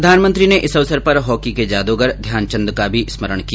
प्रधानमंत्री ने इस अवसर पर हॉकी के जादूगर ध्यानचन्द का भी स्मरण किया